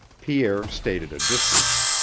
pierre stayed at a distance.